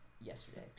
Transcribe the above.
yesterday